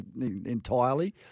entirely